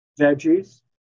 veggies